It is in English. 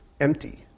empty